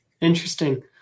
Interesting